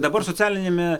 dabar socialiniame